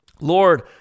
Lord